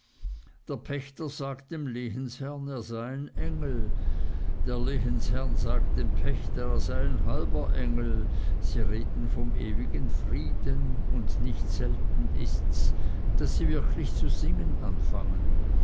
der pächter sagt dem lehnsherrn er sei ein engel der lehnsherr sagt dem pächter er sei ein halber engel sie reden vom ewigen frieden und nicht selten ists daß sie wirklich zu singen anfangen